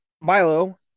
Milo